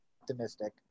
optimistic